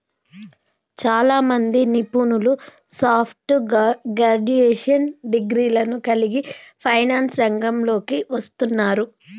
చాలామంది నిపుణులు soft graduation డిగ్రీలను కలిగి ఫైనాన్స్ రంగంలోకి వస్తున్నారు